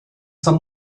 some